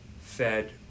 Fed